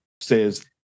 says